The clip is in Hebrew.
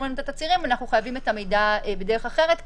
לנו את התצהירים אנחנו חייבים את המידע בדרך אחרת,